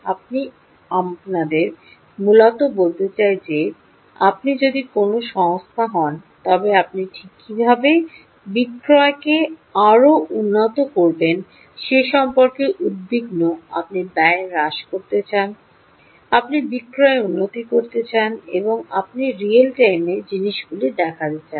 আমি আপনাদের মূলত বলতে চাই যে আপনি যদি কোনও সংস্থা হন তবে আপনি ঠিক কীভাবে বিক্রয়কে আরও উন্নত করবেন সে সম্পর্কে উদ্বিগ্ন আপনি ব্যয় হ্রাস করতে চান আপনি বিক্রয় উন্নতি করতে চান এবং আপনি রিয়েল টাইমে জিনিসগুলি দেখতে চান